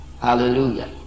Hallelujah